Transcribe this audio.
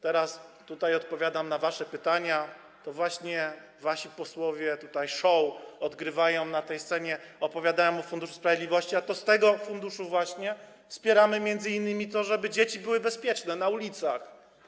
Teraz odpowiadam na wasze pytania, to właśnie wasi posłowie odgrywają show na tej scenie, opowiadają o Funduszu Sprawiedliwości, a to z tego funduszu właśnie wspieramy m.in. to, żeby dzieci były bezpieczne na ulicach.